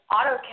AutoCAD